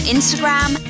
Instagram